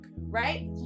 right